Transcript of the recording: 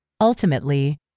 Ultimately